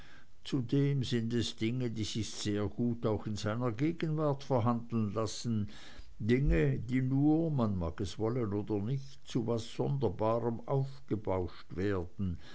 zudem sind es dinge die sich sehr gut auch in seiner gegenwart verhandeln lassen dinge die nur man mag wollen oder nicht zu was sonderbarem aufgebauscht werden